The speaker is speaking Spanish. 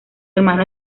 hermano